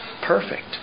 perfect